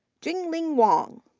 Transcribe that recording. junling wang,